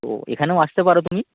তো এখানেও আসতে পারো তুমি